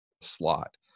slot